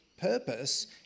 purpose